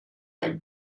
del